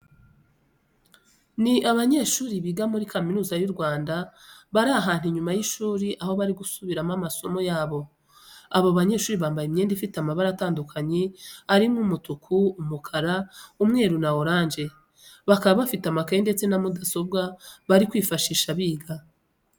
Ni abanyeshuri biga muri kaminuza y'u Rwanda, bari ahantu inyuma y'ishuri aho bari gusubiramo amasomo yabo. Abo banyeshuri bambaye imyenda ifite amabara atandukanye arimo umutuku, umukara, umweru na oranje. Bakaba bafite amakayi ndetse na mudasobwa bari kwifashisha biga.